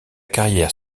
carrière